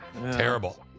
Terrible